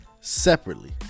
separately